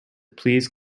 please